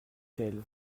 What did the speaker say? telle